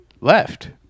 left